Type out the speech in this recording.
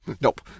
Nope